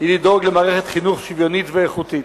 היא לדאוג למערכת חינוך שוויונית ואיכותית.